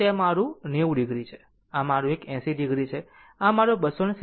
આમ આ મારું 90 o છે આ મારો એક 80 o છે અને આ બિંદુ 270 o છે